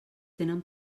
tenen